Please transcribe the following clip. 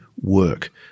work